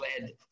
led